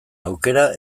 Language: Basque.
aukera